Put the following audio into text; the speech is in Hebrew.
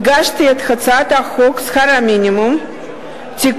הגשתי את הצעת חוק שכר מינימום (תיקון,